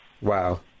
Wow